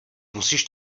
musíš